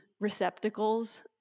receptacles